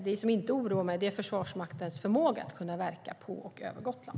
Det som inte oroar mig är Försvarsmaktens förmåga att kunna verka på och över Gotland.